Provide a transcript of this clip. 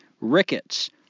rickets